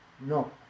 No